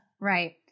Right